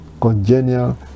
congenial